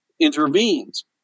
intervenes